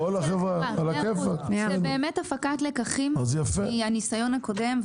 לא יהיה דואר.